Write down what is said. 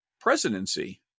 presidency